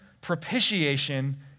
propitiation